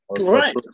Right